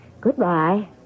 Goodbye